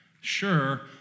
Sure